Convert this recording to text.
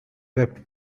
wept